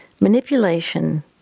Manipulation